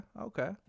Okay